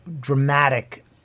dramatic